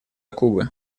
кубы